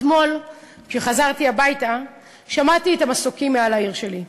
אתמול כשחזרתי הביתה שמעתי את המסוקים מעל העיר שלי,